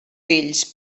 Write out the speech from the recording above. fills